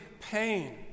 pain